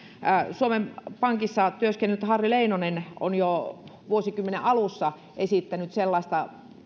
suomen pankissa työskennellyt harri leinonen on jo vuosikymmenen alussa esittänyt sellaista